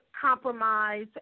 compromise